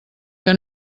que